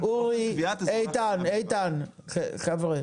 כסא גלגלים שזה רשאים להיות זכאים,